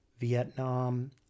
Vietnam